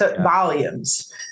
volumes